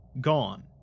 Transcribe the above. gone